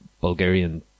Bulgarian